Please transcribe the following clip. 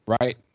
right